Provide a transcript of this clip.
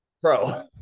Pro